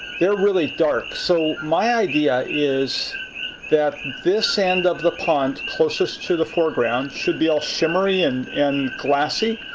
they're really dark. so my idea is that this end of the pond, closest to the foreground, should be ah shimmery and and glassy.